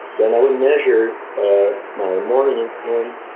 then i would measure ah my and morning insulin,